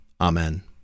Amen